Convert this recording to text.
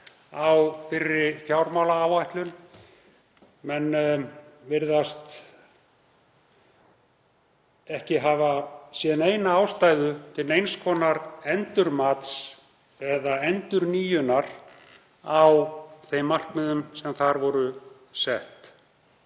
á fyrri fjármálaáætlun. Menn virðast ekki hafa séð neina ástæðu til neins konar endurmats eða endurnýjunar á þeim markmiðum sem þar voru sett.